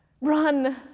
Run